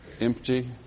empty